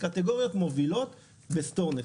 קטגוריות מובילות בסטוריז,